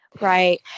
Right